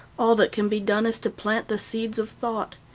all that can be done is to plant the seeds of thought.